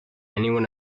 anyone